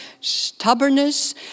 stubbornness